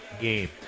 game